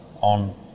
on